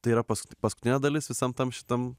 tai yra paskutinė dalis visam tam šitam